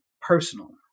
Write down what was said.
personal